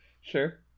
Sure